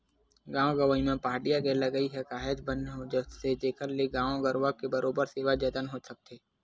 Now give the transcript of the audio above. गाँव गंवई म पहाटिया के लगई ह काहेच बने होथे जेखर ले गाय गरुवा के बरोबर सेवा जतन हो सकथे